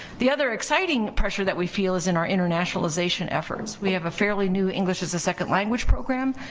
the other exciting pressure that we feel is in our internationalization efforts. we have a fairly new english as a second language program,